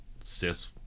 Cis